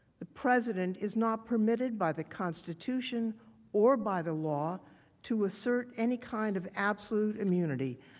the president is not permitted by the constitution or by the law to assert any kind of absolute immunity,